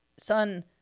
Son